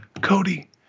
Cody